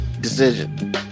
decision